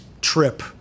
trip